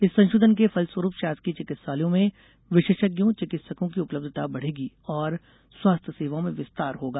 इस संशोधन के फलस्वरूप शासकीय चिकित्सालयों में विशेषज्ञों चिकित्सकों की उपलब्धता बढ़ेगी और स्वास्थ्य सेवाओं में विस्तार होगा